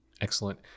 excellent